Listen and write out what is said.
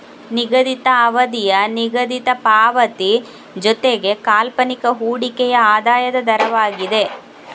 ನಿಗದಿತ ಅವಧಿಯ ನಿಗದಿತ ಪಾವತಿ ಜೊತೆಗೆ ಕಾಲ್ಪನಿಕ ಹೂಡಿಕೆಯ ಆದಾಯದ ದರವಾಗಿದೆ